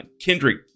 Kendrick